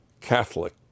Catholic